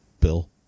bill